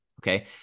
Okay